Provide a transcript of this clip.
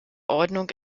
ordnung